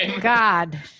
God